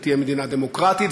והיא תהיה מדינה דמוקרטית,